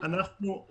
במתווה שאנחנו הצענו,